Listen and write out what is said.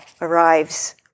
arrives